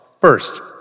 First